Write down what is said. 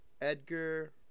Edgar